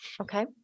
Okay